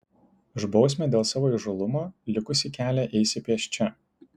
už bausmę dėl savo įžūlumo likusį kelią eisi pėsčia